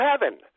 heaven